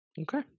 Okay